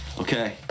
Okay